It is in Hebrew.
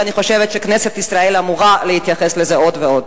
ואני חושבת שכנסת ישראל אמורה להתייחס לזה עוד ועוד.